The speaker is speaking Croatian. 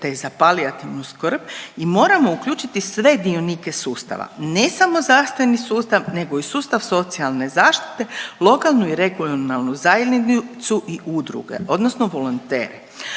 za palijativnu skrb i moramo uključiti sve dionike sustava. Ne samo zdravstveni sustav nego i sustav socijalne zaštite, lokalnu i regionalnu zajednicu i udruge odnosno volontere.